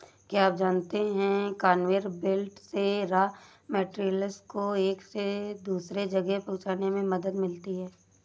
क्या आप जानते है कन्वेयर बेल्ट से रॉ मैटेरियल्स को एक से दूसरे जगह पहुंचने में मदद मिलती है?